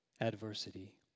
adversity